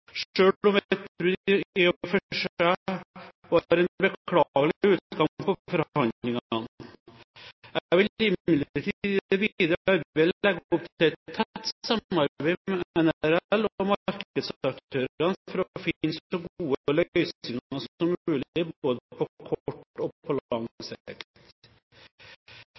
om disse spørsmålene, selv om et brudd i og for seg var en beklagelig utgang på forhandlingene. Jeg vil imidlertid i det videre arbeidet legge opp til et tett samarbeid med NRL og markedsaktørene for å finne så gode løsninger som mulig, både på kort og